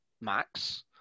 Max